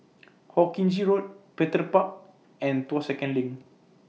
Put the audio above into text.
Hawkinge Road Petir Park and Tuas Second LINK